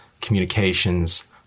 communications